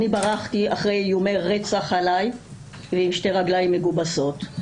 אני ברחתי אחרי איומי רצח עליי ועם שתי רגליים מגובסות,